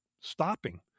stopping